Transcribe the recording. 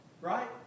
Right